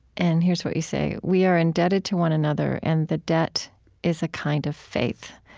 and here's what you say. we are indebted to one another, and the debt is a kind of faith,